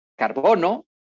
Carbono